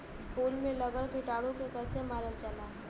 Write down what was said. फूल में लगल कीटाणु के कैसे मारल जाला?